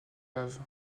laves